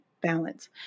balance